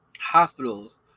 Hospitals